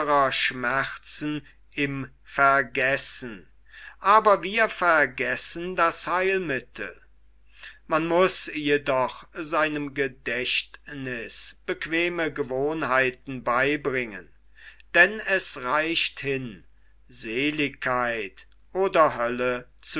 schmerzen im vergessen aber wir vergessen das heilmittel man muß jedoch seinem gedächtniß bequeme gewohnheiten beibringen denn es reicht hin seeligkeit oder hölle